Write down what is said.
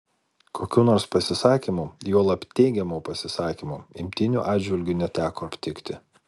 kokių nors pasisakymų juolab teigiamų pasisakymų imtynių atžvilgiu neteko aptikti